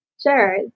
sure